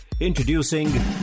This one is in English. Introducing